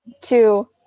two